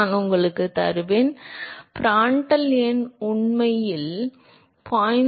நான் உனக்கு தருவேன் பிராண்டல் எண் உண்மையில் 0